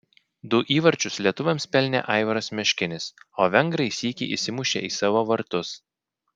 du įvarčius lietuviams pelnė aivaras meškinis o vengrai sykį įsimušė į savo vartus